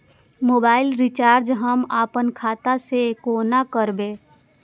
Mobile recharge हम आपन खाता से कोना करबै?